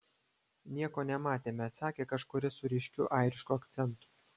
nieko nematėme atsakė kažkuris su ryškiu airišku akcentu